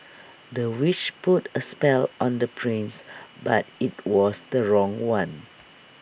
the witch put A spell on the prince but IT was the wrong one